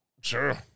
Sure